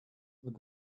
with